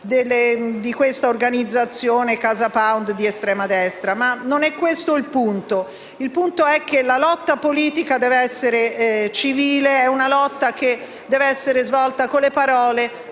sedi dell'organizzazione di estrema destra CasaPound, ma non è questo il punto. Il punto è che la lotta politica deve essere civile. È una lotta che deve essere svolta con le parole,